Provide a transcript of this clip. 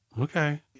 Okay